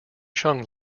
chung